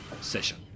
session